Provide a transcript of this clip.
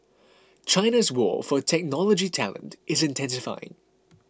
China's war for technology talent is intensifying